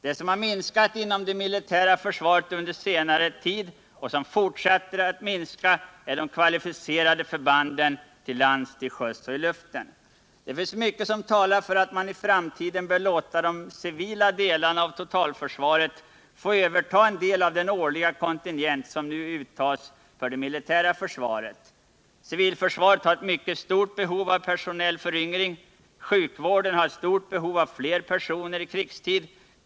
Det som har minskat inom det militära försvaret under senare tid och som fortsätter att minska är de kvalificerade förbanden till lands, till sjöss och i luften. Det finns mycket som talar för att man i framtiden bör överlåta åt de civila delarna av totalförsvaret en del av den årliga kontingent som nu uttas för det militära försvaret. Civilförsvaret har ett mycket stort behov av personell föryngring. Sjukvården har stort behov av fler personer i krigstid.